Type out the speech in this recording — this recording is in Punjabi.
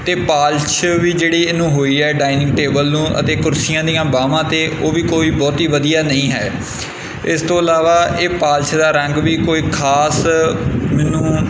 ਅਤੇ ਪਾਲਸ਼ ਵੀ ਜਿਹੜੀ ਇਹਨੂੰ ਹੋਈ ਹੈ ਡਾਇਨਿੰਗ ਟੇਬਲ ਨੂੰ ਅਤੇ ਕੁਰਸੀਆਂ ਦੀਆਂ ਬਾਹਾਂ 'ਤੇ ਉਹ ਵੀ ਕੋਈ ਬਹੁਤੀ ਵਧੀਆ ਨਹੀਂ ਹੈ ਇਸ ਤੋਂ ਇਲਾਵਾ ਇਹ ਪਾਲਸ਼ ਦਾ ਰੰਗ ਵੀ ਕੋਈ ਖ਼ਾਸ ਮੈਨੂੰ